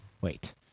Wait